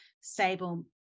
stable